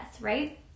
right